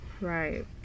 Right